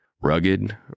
Rugged